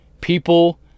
people